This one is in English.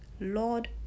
Lord